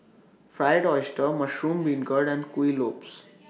Fried Oyster Mushroom Beancurd and Kuih Lopes